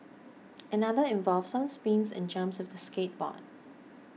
another involved some spins and jumps with the skateboard